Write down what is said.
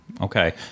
okay